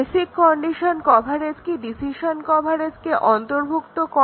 basic condition coverage কি decision কভারেজকে অন্তর্ভুক্ত করে